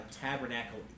tabernacle